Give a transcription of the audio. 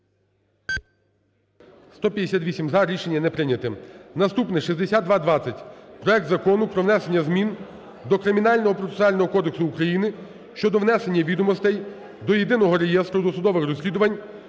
За-158 Рішення не прийнято. Наступний, 6220, проект Закону про внесення змін до Кримінального процесуального кодексу України щодо внесення відомостей до Єдиного реєстру досудових розслідувань